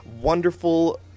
wonderful